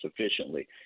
sufficiently